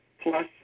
Plus